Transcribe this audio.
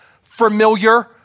familiar